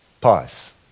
pause